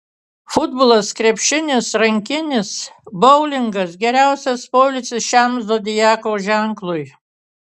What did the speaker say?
futbolas krepšinis rankinis boulingas geriausias poilsis šiam zodiako ženklui